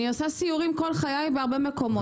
אני עושה סיורים כל חיי בהרבה מקומות,